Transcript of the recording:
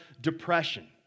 depression